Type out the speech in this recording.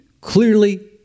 clearly